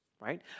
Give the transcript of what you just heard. right